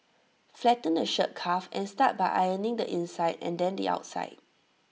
flatten the shirt cuff and start by ironing the inside and then the outside